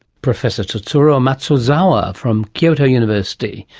professor tetsuro matsuzawa from kyoto university,